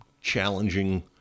challenging